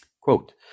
Quote